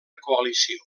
coalició